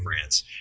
France